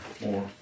more